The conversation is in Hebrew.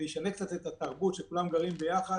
זה ישנה קצת את התרבות, שכולם גרים ביחד.